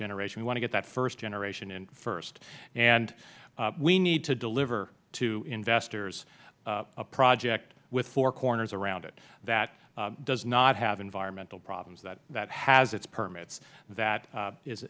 generation we want to get that first generation in first and we need to deliver to investors a project with four corners around it that does not have environmental problems that has its permits that